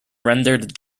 rendered